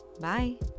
Bye